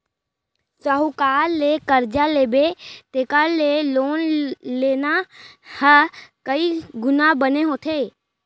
साहूकार ले करजा लेबे तेखर ले लोन लेना ह कइ गुना बने होथे